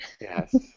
Yes